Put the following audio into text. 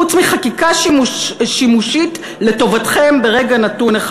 חוץ מחקיקה שימושית לטובתכם ברגע נתון אחד.